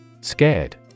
Scared